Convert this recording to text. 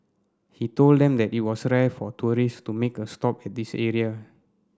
he told them that it was rare for tourist to make a stop at this area